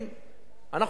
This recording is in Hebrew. אנחנו הפסקנו את זה.